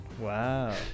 wow